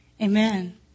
Amen